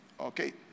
Okay